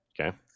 Okay